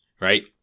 right